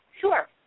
Sure